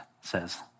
says